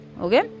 okay